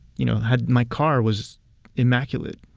you, had my car was immaculate.